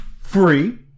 Free